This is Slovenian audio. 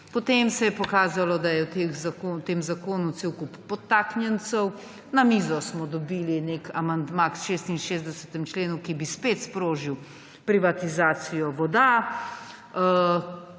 Potem se je pokazalo, da je v tem zakonu cel kup podtaknjencev. Na mizo smo dobili nek amandma k 66. členu, ki bi spet sprožil privatizacijo voda,